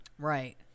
Right